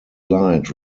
light